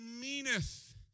meaneth